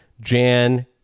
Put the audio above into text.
Jan